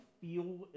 feel